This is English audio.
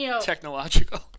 technological